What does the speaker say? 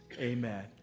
Amen